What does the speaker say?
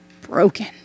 broken